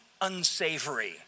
unsavory